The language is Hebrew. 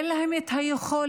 אין להם את היכולת